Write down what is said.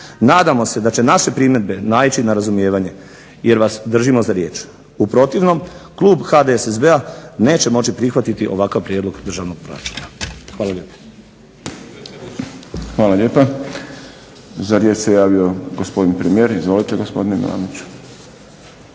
Nadamo se da će naše primjedbe naići na razumijevanje, jer vas držimo za riječ. U protivnom, klub HDSSB-a neće moći prihvatiti ovakav prijedlog državnog proračuna. Hvala lijepo. **Šprem, Boris (SDP)** Hvala lijepa. Za riječ se javio gospodin premijer. Izvolite gospodine Milanoviću.